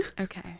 Okay